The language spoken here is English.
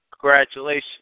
Congratulations